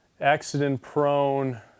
accident-prone